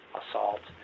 assault